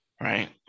right